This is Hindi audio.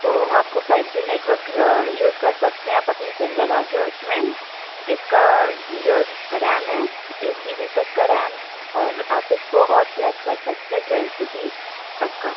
तो आपको फ़ाइव जी नेटवर्क यूज़ कर सकते हैं आप अपनी सिम लगा कर उसमें इसका जो रैम है एक जी बी तक का रैम और आप उसको और प्लस कर सकते ट्वेल्व जी बी तक का